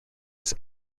its